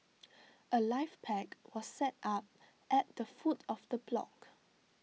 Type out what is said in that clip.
A life pack was set up at the foot of the block